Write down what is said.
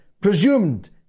presumed